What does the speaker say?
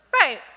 Right